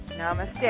Namaste